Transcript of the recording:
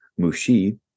Mushi